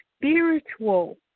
spiritual